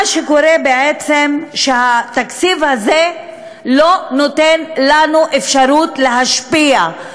מה שקורה בעצם הוא שהתקציב הזה לא נותן לנו אפשרות להשפיע.